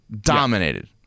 Dominated